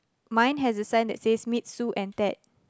mine has a sign that says meet Sue and Ted